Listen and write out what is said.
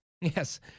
Yes